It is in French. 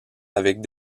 avec